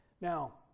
Now